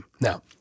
Now